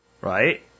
right